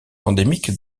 endémique